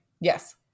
Yes